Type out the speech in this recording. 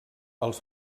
els